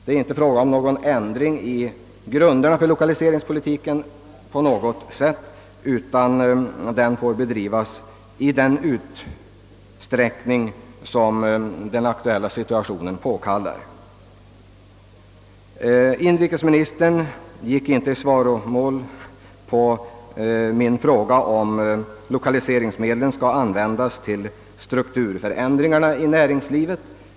Det är inte fråga om någon ändring i grunderna för lokaliseringspolitiken, utan den får bedrivas i den utsträckning som den aktuella situationen påkallar. Inrikesministern svarade inte på min fråga, om lokaliseringsmedlen skall användas till strukturförändringarna inom näringslivet.